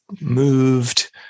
moved